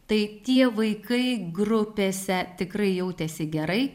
tai tie vaikai grupėse tikrai jautėsi gerai